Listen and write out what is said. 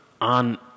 on